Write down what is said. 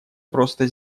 просто